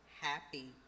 happy